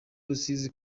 rusizi